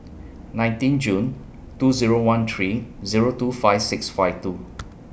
nineteen June two Zero one three Zero two five six five two